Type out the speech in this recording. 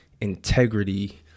integrity